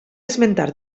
esmentar